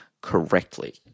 correctly